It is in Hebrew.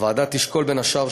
הוועדה תשקול, בין השאר,